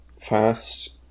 fast